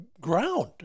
ground